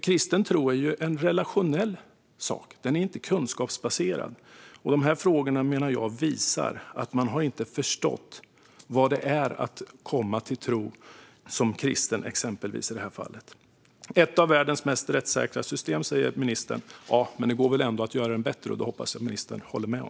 Kristen tro är ju en relationell sak. Den är inte kunskapsbaserad. De här frågorna menar jag visar att man inte har förstått vad det innebär att komma till tro, exempelvis som kristen, som i det här fallet. Sverige har ett av världens mest rättssäkra system, säger ministern. Ja, men det går väl ändå att göra det bättre? Det hoppas jag att ministern håller med om.